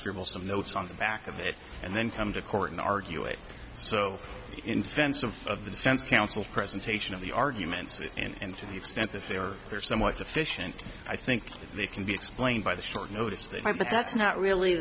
scribble some notes on the back of it and then come to court and argue it so intensive of the defense counsel presentation of the arguments and to the extent that there are somewhat deficient i think they can be explained by the short notice that i but that's not really